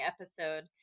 episode